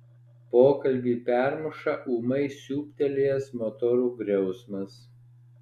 pokalbį permuša ūmai siūbtelėjęs motorų griausmas